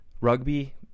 rugby